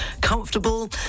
comfortable